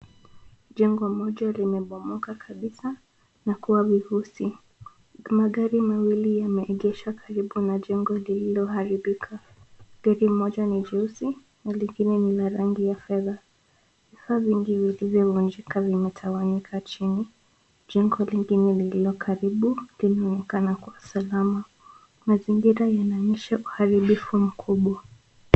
Jengo moja limebomoka kabisa, na kuwa vifusi, magari mawili yameegeshwa karibu na jengo lililoharibika, gari moja ni jeusi na lingine ni la rangi ya fedha, vifaa vingi vilivyovunjika vimetawanyika chini, jengo lingine lililo karibu, linaonekana kuwa salama, mazingira yanaonyesha uharibifu mkubwa.